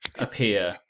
appear